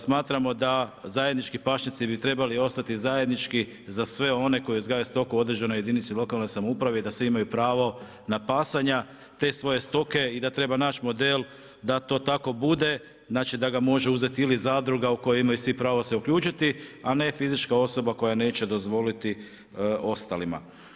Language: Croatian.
Smatramo da zajednički pašnjaci bi trebali ostati zajednički za sve one koji uzgajaju stoku u određenoj jedinici lokalne samouprave i da se imaju pravo na pasanja te svoje stoke i da treba naći model da to tako bude, znači da ga može uzeti ili zadruga u kojoj imaju svi pravo se uključiti, a ne fizička osoba koja neće dozvoliti ostalima.